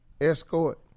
escort